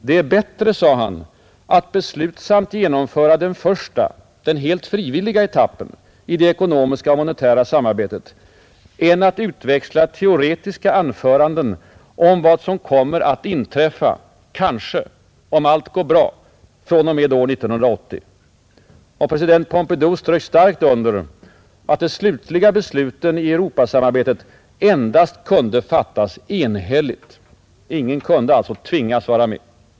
Det är bätte, sade han, att beslutsamt genomföra den första, den helt frivilliga, etappen i det ekonomiska och monetära samarbetet än att utväxla teoretiska anföranden om vad som kommer att inträffa — kanske, om allt går bra — från och med 1980. Och president Pompidou strök starkt under, att de slutliga besluten i Europasamarbetet endast kunde fattas ”enhälligt”. Ingen kunde alltså tvingas vara med.